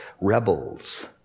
rebels